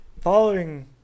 following